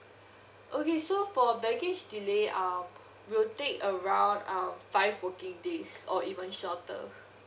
okay so for baggage delay um will take around uh five working days or even shorter